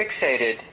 fixated